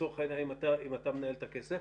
לצורך העניין אם אתה מנהל את הכסף.